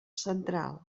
central